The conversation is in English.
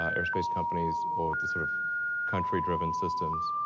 ah aerospace companies or the sort of country-driven systems,